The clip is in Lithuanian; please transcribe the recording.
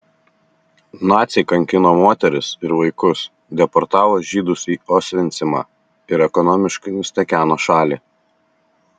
naciai kankino moteris ir vaikus deportavo žydus į osvencimą ir ekonomiškai nustekeno šalį